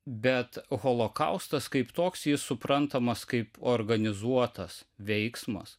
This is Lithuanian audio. bet holokaustas kaip toks jis suprantamas kaip organizuotas veiksmas